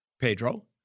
Pedro